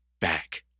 back